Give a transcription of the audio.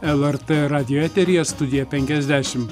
lrt radijo eteryje studija penkiasdešimt